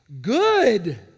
good